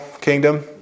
kingdom